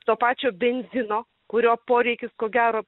to pačio benzino kurio poreikis ko gero